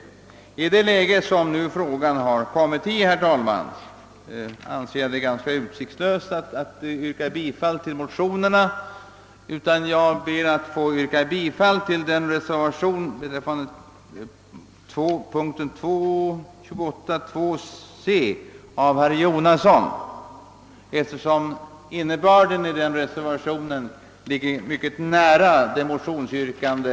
I det läge som frågan nu har hamnat i, herr talman, anser jag det ganska utsiktslöst att yrka bifall till motionerna. Jag ber därför att få yrka bifall till reservationen vid punkten 28 nr 5.2 c av herr Jonasson, eftersom innebörden i denna reservation ligger mycket nära vårt motionsyrkande.